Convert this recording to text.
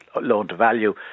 loan-to-value